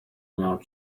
mouth